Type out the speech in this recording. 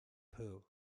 pooh